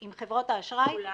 תבינו,